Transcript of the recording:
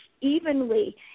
evenly